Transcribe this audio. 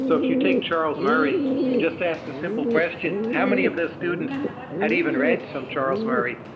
so if you take charles murray and just ask this simple question, how many of those students had even read some charles murray?